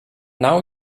now